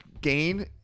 gain